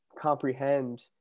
comprehend